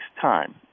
time